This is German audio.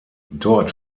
dort